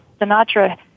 Sinatra